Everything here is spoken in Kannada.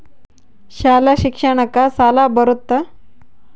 ಶಾಲಾ ಶಿಕ್ಷಣಕ್ಕ ಸಾಲ ಬರುತ್ತಾ?